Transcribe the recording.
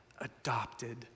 Adopted